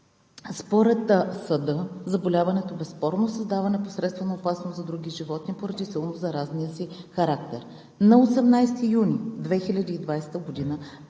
Според съда заболяването безспорно създава непосредствена опасност за други животни поради силно заразния си характер. На 18 юни 2020 г.